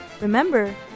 Remember